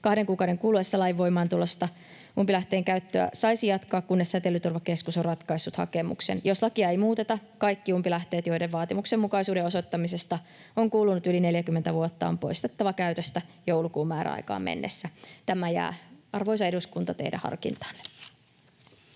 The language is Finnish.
kahden kuukauden kuluessa lain voimaantulosta, umpilähteen käyttöä saisi jatkaa, kunnes Säteilyturvakeskus on ratkaissut hakemuksen. Jos lakia ei muuteta, kaikki umpilähteet, joiden vaatimustenmukaisuuden osoittamisesta on kulunut yli 40 vuotta, on poistettava käytöstä joulukuun määräaikaan mennessä. Tämä jää, arvoisa eduskunta, teidän harkintaanne.